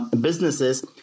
businesses